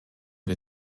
wir